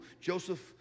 Joseph